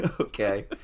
okay